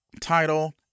title